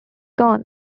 gone